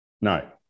No